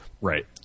right